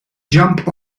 jump